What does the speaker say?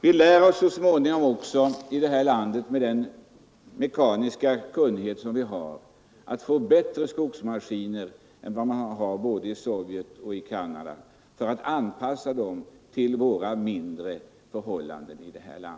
Vi lär oss så småningom också, med den mekaniska kunnighet som vi har i vårt land, att åstadkomma bättre skogsmaskiner än vad man har både i Sovjetunionen och i Canada och anpassa dem till våra mindre förhållanden.